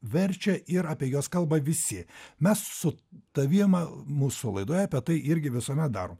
verčia ir apie juos kalba visi mes su tavim mūsų laidoje apie tai irgi visuomet darom